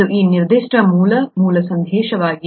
ಅದು ಈ ನಿರ್ದಿಷ್ಟ ವೀಡಿಯೊದಲ್ಲಿ ಮೂಲ ಮಾಹಿತಿ ಮೂಲ ಸಂದೇಶವಾಗಿದೆ